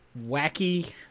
wacky